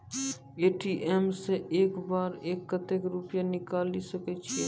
ATM सऽ एक बार म कत्तेक रुपिया निकालि सकै छियै?